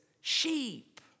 sheep